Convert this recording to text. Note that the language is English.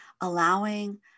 allowing